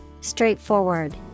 Straightforward